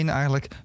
eigenlijk